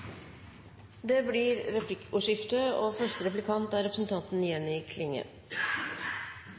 Det blir replikkordskifte. Samtrening, samhandling og samvirke er